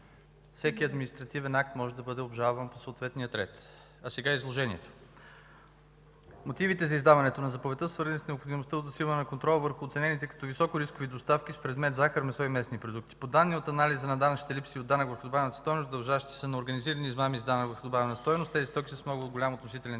всеки административен акт може да бъде обжалван по съответния ред. Сега изложението. Мотивите за издаване на заповедта са свързани с необходимостта от засилване на контрола върху оценените като високорискови доставки с предмет захар, месо и месни продукти. По данни от Анализа на данъчните липси от данък върху добавената стойност, дължащи се на организирани измами с данък върху добавената стойност, тези стоки са с много голям относителен